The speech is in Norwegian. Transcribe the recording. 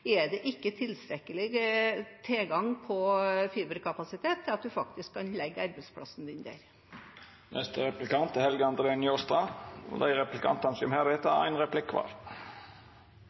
er det ikke tilstrekkelig tilgang på fiberkapasitet til at en faktisk kan legge arbeidsplassen sin der. Eg skal spørja om noko eg og